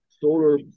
solar